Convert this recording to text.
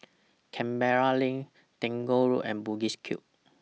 Canberra LINK Tagore Road and Bugis Cube